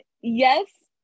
yes